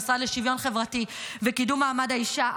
המשרד לשוויון חברתי וקידום מעמד האישה,